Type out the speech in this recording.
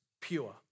pure